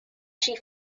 she